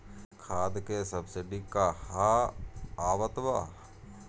खाद के सबसिडी क हा आवत बा?